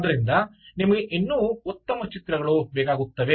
ಆದ್ದರಿಂದ ನಿಮಗೆ ಇನ್ನೂ ಉತ್ತಮ ಚಿತ್ರಗಳು ಬೇಕಾಗುತ್ತವೆ